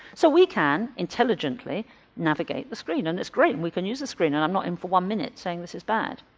so we can intelligently navigate the screen and it's great and we can use the screen and i'm not for one minute saying this is bad.